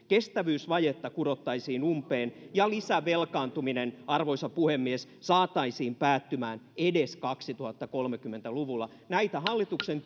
kestävyysvajetta kurottaisiin umpeen ja lisävelkaantuminen arvoisa puhemies saataisiin päättymään edes kaksituhattakolmekymmentä luvulla näitä hallituksen